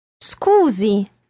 Scusi